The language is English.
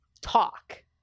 talk